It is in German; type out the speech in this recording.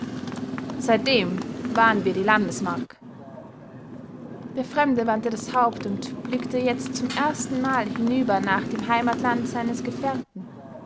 seitdem wahren wir die landesmark der fremde wandte das haupt und blickte jetzt zum erstenmal hinüber nach dem heimatland seines gefährten